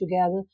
together